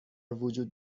وجود